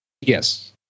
Yes